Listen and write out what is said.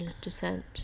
descent